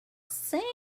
single